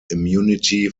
immunity